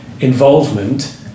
involvement